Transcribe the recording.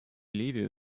ливию